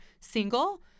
single